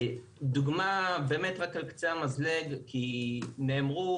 דוגמא באמת רק על קצה המזלג כי נאמרו